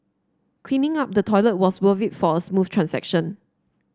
cleaning up the toilet was worth it for a smooth transaction